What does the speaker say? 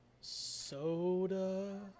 soda